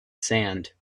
sand